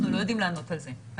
אנחנו לא יודעים לענות על זה.